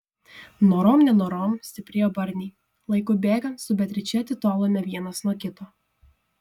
norom nenorom stiprėjo barniai laikui bėgant su beatriče atitolome vienas nuo kito